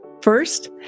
first